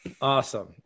Awesome